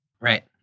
Right